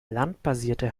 landbasierte